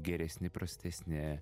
geresni prastesni